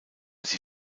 sie